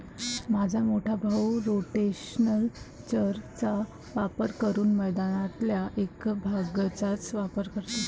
माझा मोठा भाऊ रोटेशनल चर चा वापर करून मैदानातल्या एक भागचाच वापर करतो